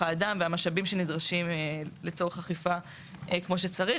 האדם והמשאבים שנדרשים לצורך אכיפה כמו שצריך.